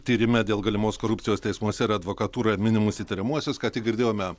tyrime dėl galimos korupcijos teismuose advokatūroje minimus įtariamuosius ką tik girdėjome